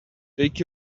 take